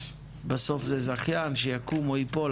בסוף זה זכיין שיקום או ייפול,